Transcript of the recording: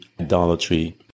idolatry